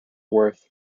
worth